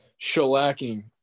shellacking